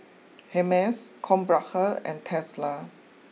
Hermes Krombacher and Tesla